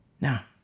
Now